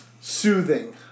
soothing